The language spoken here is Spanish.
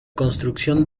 construcción